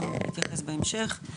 גם יתייחס בהמשך.